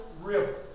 River